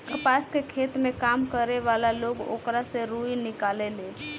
कपास के खेत में काम करे वाला लोग ओकरा से रुई निकालेले